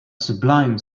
sublime